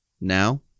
Now